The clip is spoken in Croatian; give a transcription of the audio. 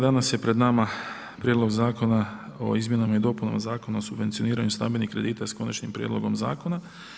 Danas je pred nama Prijedlog Zakona o izmjenama i dopunama Zakona o subvencioniranju stambenih kredita s konačnim prijedlogom Zakona.